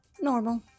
Normal